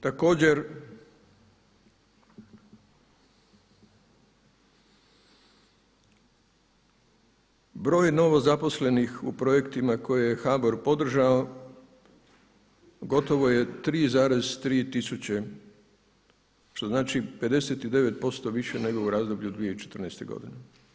Također, broj novo zaposlenih u projektima koje je HBOR podržao gotovo je 3,3 tisuće, što znači 59% više nego u razdoblju 2014. godine.